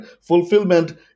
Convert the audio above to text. Fulfillment